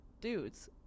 dudes